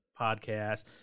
Podcast